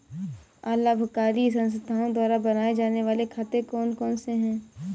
अलाभकारी संस्थाओं द्वारा बनाए जाने वाले खाते कौन कौनसे हैं?